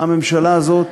הממשלה הזאת